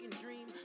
dream